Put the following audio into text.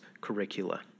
curricula